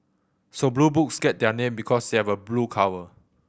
so Blue Books get their name because they have a blue cover